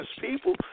people